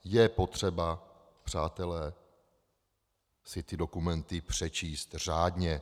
Je potřeba, přátelé, si ty dokumenty přečíst řádně.